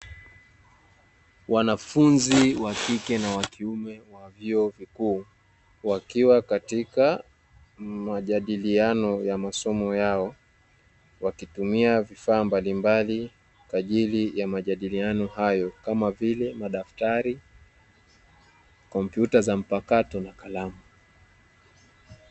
Wanafunzi wa kike na wa kiume wa vyuo vikuu, wakiwa katika majadiliano ya masomo yao, wakitumia vifaa mbalimbali kwa ajili ya majadiliano hayo kama vile madaftari, kompyuta za mpakato na kalamu.